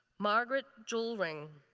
margaret jewelring,